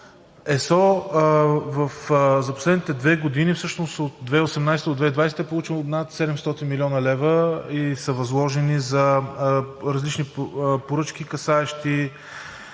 ЕСО за последните две години, всъщност от 2018-а до 2020 г. е получило над 700 млн. лв. и са възложени за различни поръчки, касаещи